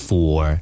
Four